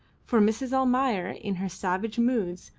for mrs. almayer in her savage moods,